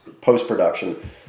post-production